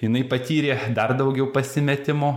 jinai patyrė dar daugiau pasimetimo